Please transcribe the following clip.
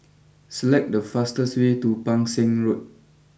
select the fastest way to Pang Seng Road